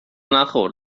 نخور